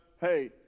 hey